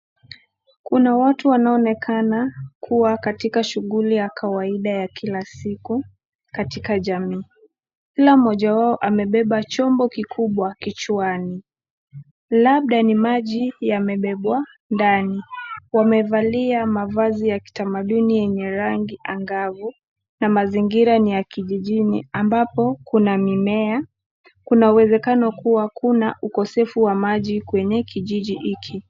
Kuna watu wanaoonekana kuwa katika shughuli ya kawaida ya kila siku katika jamii. Kila mmoja wao amebeba chombo kikubwa kichwani. Labda ni maji yamebebwa ndani. Wamevaa mavazi ya kitamaduni yenye rangi angavu na mazingira ni ya kijijini ambapo kuna mimea. Kuna uwezekano kuwa kuna ukosefu wa maji kwenye kijiji hiki.